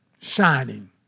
shining